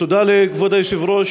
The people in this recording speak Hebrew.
תודה לכבוד היושב-ראש,